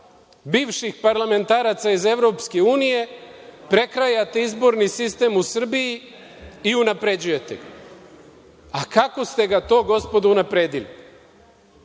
bivših parlamentaraca iz EU prekrajate izborni sistem u Srbiji i unapređujete. Kako ste ga to, gospodo, unapredili?